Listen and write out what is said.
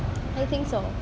I think so